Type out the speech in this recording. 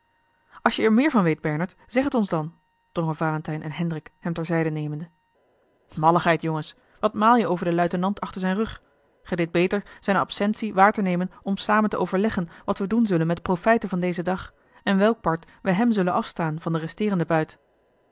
als je er meer van weet bernard zeg het ons dan drongen valentijn en hendrik hem ter zijde nemende malligheid jongens wat maal je over den luitenant achter zijn rug gij deedt beter zijne absentie waar te nemen om samen te overleggen wat we doen zullen met de profijten van dezen dag en welk part wij hem zullen afstaan van den resteerenden buit